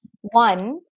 One